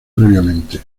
previamente